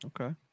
okay